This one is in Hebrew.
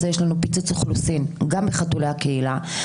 זה יש לנו פיצוץ אוכלוסין בחתולי הקהילה.